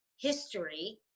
history